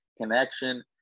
connection